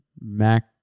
Mac